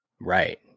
Right